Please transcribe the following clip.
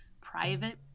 private